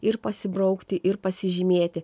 ir pasibraukti ir pasižymėti